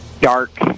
dark